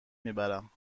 میبرم